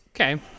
Okay